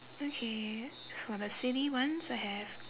okay for the silly ones I have